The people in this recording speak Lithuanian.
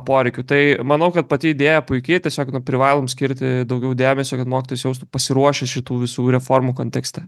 poreikių tai manau kad pati idėja puiki tiesiog privalom skirti daugiau dėmesio kad mokytojas jaustų pasiruošęs šitų visų reformų kontekste